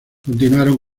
continuaron